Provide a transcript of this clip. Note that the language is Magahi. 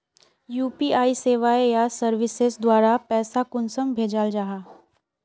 यु.पी.आई सेवाएँ या सर्विसेज द्वारा पैसा कुंसम भेजाल जाहा?